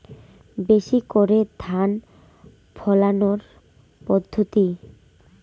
বেশি করে ধান ফলানোর পদ্ধতি?